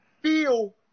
feel